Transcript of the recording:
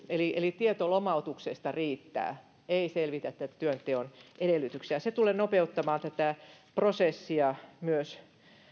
eli eli tieto lomautuksesta riittää ei selvitetä työnteon edellytyksiä se tulee nopeuttamaan tätä prosessia myös